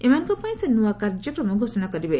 ଏମାନଙ୍କ ପାଇଁ ସେ ନୂଆ କାର୍ଯ୍ୟକ୍ରମ ଘୋଷଣା କରିବେ